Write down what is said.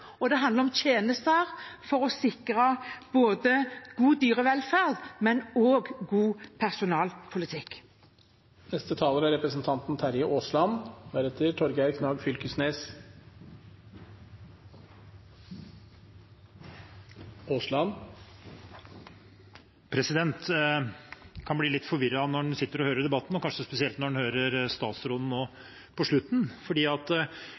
for dette handler om folk, og det handler om tjenester for å sikre både god dyrevelferd og god personalpolitikk. En kan bli litt forvirret når en sitter og hører debatten, og kanskje spesielt når en hører statsråden nå på slutten.